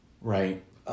Right